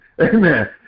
Amen